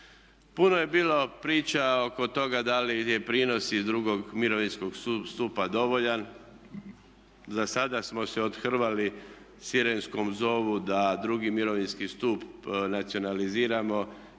Puno je bilo pričao oko toga da li je prinos iz drugog mirovinskog stupa dovoljan. Za sada smo se othrvali sirenskom zovu da drugi mirovinski stup nacionaliziramo